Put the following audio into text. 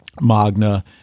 magna